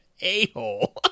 a-hole